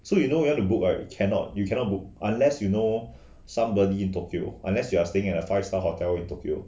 so you know where to book right cannot you cannot book unless you know somebody in tokyo unless you are staying at a five star hotel in tokyo